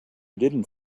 didn’t